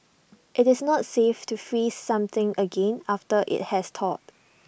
IT is not safe to freeze something again after IT has thawed